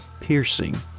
piercing